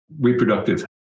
reproductive